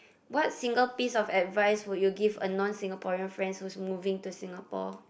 what single piece of advice would you give a non Singaporean friends who's moving to Singapore